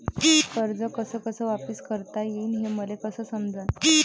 कर्ज कस कस वापिस करता येईन, हे मले कस समजनं?